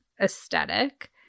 aesthetic